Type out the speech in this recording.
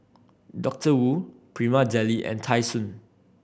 Doctor Wu Prima Deli and Tai Sun